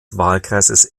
wahlkreises